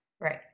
Right